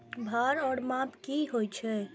भार ओर माप की होय छै?